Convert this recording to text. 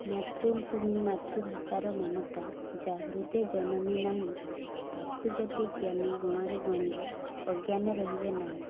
ମାତୃଭୂମି ମାତୃଭାଷାର ମମତା ଯା ହୃଦେ ଜନମି ନାହିଁ ତାକୁ ଯଦି ଜ୍ଞାନୀ ଗୁଣରେ ଗଣିବେ ଅଜ୍ଞାନୀ ରହିବେ ନାହିଁ